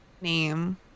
name